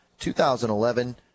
2011